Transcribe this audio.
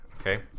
okay